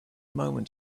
moment